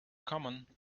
common